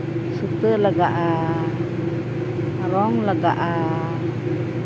ᱥᱩᱛᱟᱹᱢ ᱞᱟᱜᱟᱜᱼᱟ ᱨᱚᱝ ᱞᱟᱜᱟᱜᱼᱟ